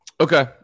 Okay